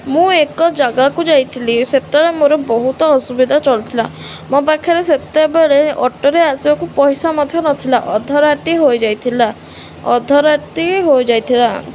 ମୁଁ ଏକ ଜାଗାକୁ ଯାଇଥିଲି ସେତେବେଳେ ମୋର ବହୁତ ଅସୁବିଧା ଚଳିଥିଲା ମୋ ପାଖରେ ସେତେବେଳେ ଅଟୋରେ ଆସିବାକୁ ପଇସା ମଧ୍ୟ ନଥିଲା ଅଧରାତି ହୋଇଯାଇଥିଲା ଅଧରାତି ହୋଇଯାଇଥିଲା